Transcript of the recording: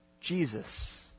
Jesus